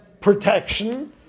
protection